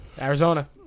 Arizona